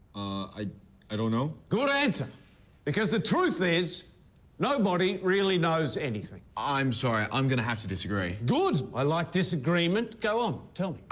i i don't know. good answer because the truth is nobody really knows anything. i'm sorry, i'm going to have to disagree. good, i like disagreement. go on, tell me.